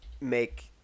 make